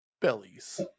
bellies